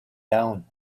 down